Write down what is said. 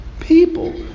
People